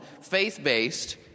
faith-based